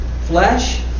flesh